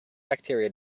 bacteria